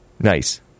Nice